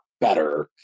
better